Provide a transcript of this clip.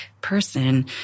person